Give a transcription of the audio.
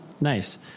Nice